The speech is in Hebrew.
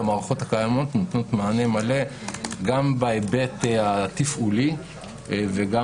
המערכות הקיימות נותנות מענה מלא גם בהיבט התפעולי וגם